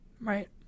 Right